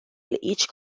each